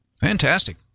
Fantastic